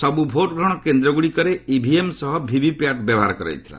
ସବୁ ଭୋଟ୍ ଗ୍ରହଣ କେନ୍ଦ୍ରଗୁଡ଼ିକରେ ଇଭିଏମ୍ ସହ ଭିଭିପାଟ୍ ବ୍ୟବହାର କରାଯାଇଥିଲା